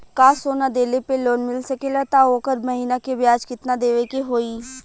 का सोना देले पे लोन मिल सकेला त ओकर महीना के ब्याज कितनादेवे के होई?